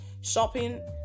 shopping